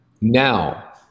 Now